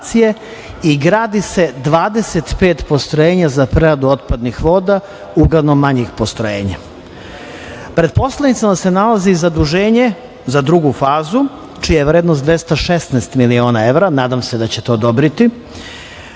i gradi se 25 postrojenja za preradu otpadnih voda, uglavnom manjih postrojenja. Pred poslanicima se nalazi zaduženje, za drugu fazu čija je vrednost 216 miliona evra, nadam se da ćete odobriti.U